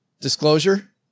Disclosure